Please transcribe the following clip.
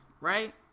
right